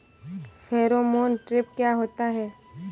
Pheromone trap क्या होता है?